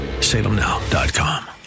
Salemnow.com